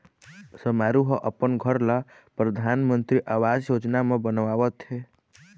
समारू ह अपन घर ल परधानमंतरी आवास योजना म बनवावत हे